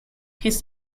his